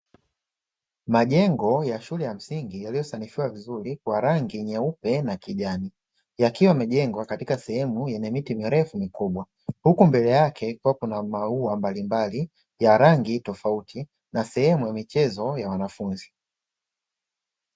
Majengo ya shule ya msingi yaliyosanifiwa vizuri kwa rangi nyeupe na kijani, yakiwa yamejengwa katika sehemu yenye miti mirefu mikubwa. Huku mbele yake kukiwa kuna maua mbalimbali ya rangi tofauti na sehemu ya michezo ya wanafunzi.